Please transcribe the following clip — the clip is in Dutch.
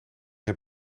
heb